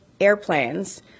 airplanes